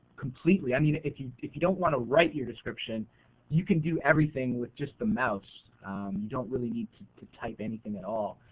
completely, i mean if you if you don't want to write your description you can do everything with just the mouse, you don't really need to to type anything at all.